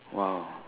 !wow!